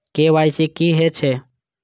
KYC की हे छे?